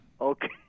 Okay